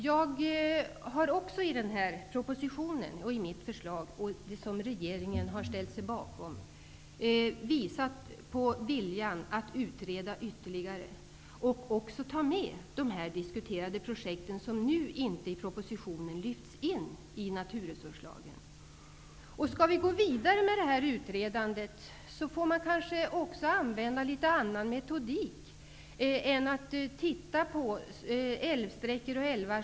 Jag har också i propositionen och i mitt förslag -- det har regeringen också ställt sig bakom -- visat på viljan att utreda ytterligare och även ta med de diskuterade projekten som nu i propositionen inte lyfts in i naturresurslagen. Om vi skall gå vidare med utredandet får vi kanske också använda en annan metodik än att titta på älvsträckor och älvar.